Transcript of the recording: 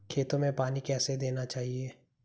खेतों में पानी कैसे देना चाहिए?